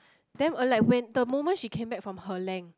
then um like when the moment she came back from her length